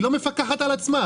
היא לא מפקחת על עצמה.